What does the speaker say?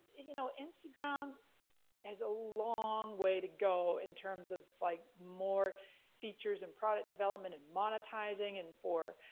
you know, instagram has a long way to go in terms of like more features and product development, and monetizing, and for